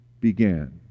began